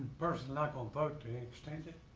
personally, i can vote to extend it.